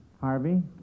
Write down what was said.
Harvey